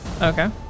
Okay